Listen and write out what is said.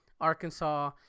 Arkansas